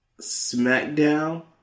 Smackdown